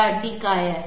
त्या अटी काय आहेत